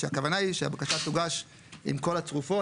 שההכוונה היא שהבקשה תוגש עם כל התרופות,